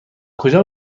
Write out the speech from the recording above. کجا